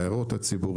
הערות הציבור,